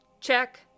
Check